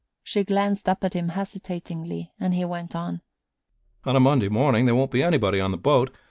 she glanced up at him hesitatingly and he went on on a monday morning there won't be anybody on the boat.